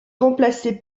remplacé